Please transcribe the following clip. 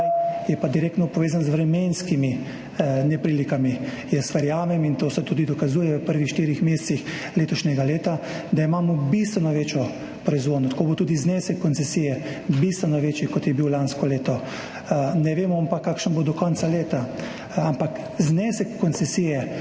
je pa direktno povezan z vremenskimi neprilikami. Jaz verjamem, in to se tudi dokazuje v prvih štirih mesecih letošnjega leta, da imamo bistveno večjo proizvodnjo, tako bo tudi znesek koncesije bistveno večji, kot je bil lansko leto. Ne vemo pa, kakšen bo do konca leta. Ampak znesek koncesije,